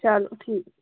چلو ٹھیٖکھ